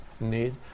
Need